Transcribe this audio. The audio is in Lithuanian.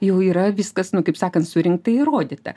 jau yra viskas nu kaip sakant surinkta įrodyta